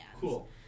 Cool